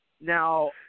Now